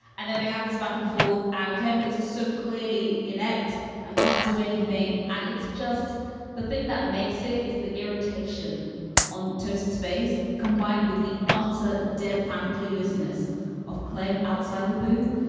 and then they have this back and forth and claim is so clearly inept and can't do anything. and it's just the thing that makes it is the irritation on toasts face combined with the utter deadpan cluelessness of clem outside the booth.